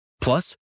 plus